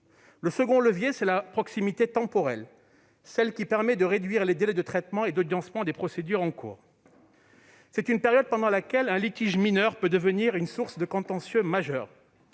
Le second est la proximité temporelle, celle-là même qui permet de réduire le délai de traitement et d'audiencement des procédures en cours. C'est une période pendant laquelle un litige mineur peut devenir une source de contentieux majeur,